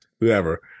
whoever